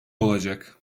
olacak